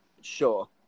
Sure